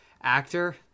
actor